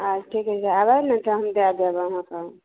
अच्छा ठीक छै आब आयब ने तऽ हम दै देब अहाँकेॅं हम